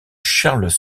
charles